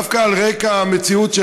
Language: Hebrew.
דווקא על רקע המציאות,